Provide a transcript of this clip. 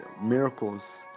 miracles